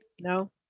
no